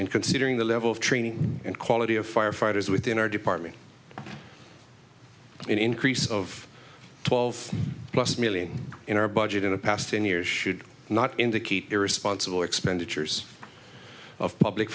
and considering the level of training and quality of firefighters within our department an increase of twelve plus million in our budget in the past ten years should not indicate irresponsible expenditures of public